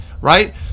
right